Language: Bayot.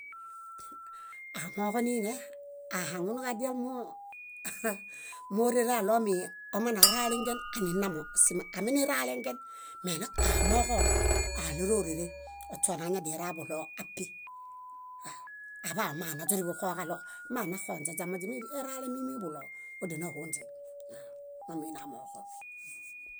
Aamooġo niine, ahaŋunuġadia « rire » mórere aɭomi omanaralingen aninamo. Siaminiralengen menak aamooġo áaɭerorere ośona añaḃairaḃuɭoo api aḃamanaźuriḃuxoġaɭo maanaxonźe źamõźimiralemi mími buɭoo, ódianahonźe waw. Momiinamooġo.